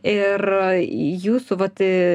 ir jūsų vat